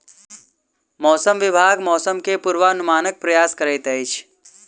मौसम विभाग मौसम के पूर्वानुमानक प्रयास करैत अछि